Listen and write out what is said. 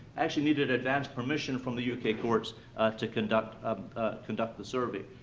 actually needed advance permission from the u k. courts to conduct conduct the survey.